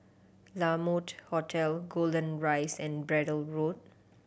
La Mode Hotel Golden Rise and Braddell Road